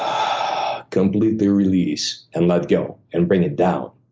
um completely release and let go, and bring it down.